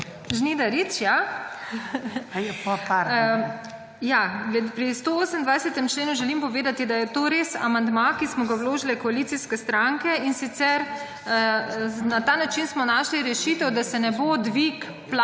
(PS SMC):** Pri 128. členu želim povedati, da je to res amandma, ki smo ga vložile koalicijske stranke, in sicer na ta način smo našli rešitev, da se ne bo dvig